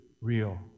real